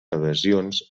adhesions